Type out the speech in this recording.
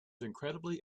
incredibly